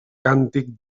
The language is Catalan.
càntic